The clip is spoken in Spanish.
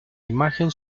imagen